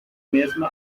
mesma